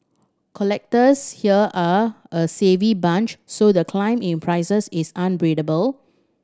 collectors here are a savvy bunch so the climb in prices is